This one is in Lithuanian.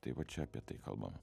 tai va čia apie tai kalbama